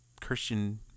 Christian